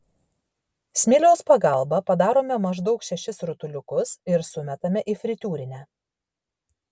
smiliaus pagalba padarome maždaug šešis rutuliukus ir sumetame į fritiūrinę